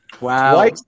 Wow